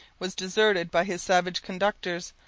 was deserted by his savage conductors.